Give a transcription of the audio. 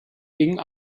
ging